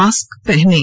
mask पहनें